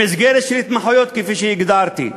במסגרת של התמחויות, כפי שהגדרתי,